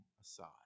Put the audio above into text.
aside